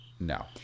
no